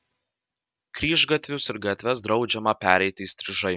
kryžgatvius ir gatves draudžiama pereiti įstrižai